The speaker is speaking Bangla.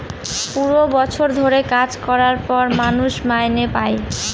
পুরো বছর ধরে কাজ করার পর মানুষ মাইনে পাই